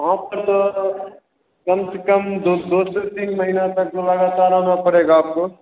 वहाँ पर तो कम से कम दो दो से तीन महीना तक तो लगातार आना पड़ेगा आपको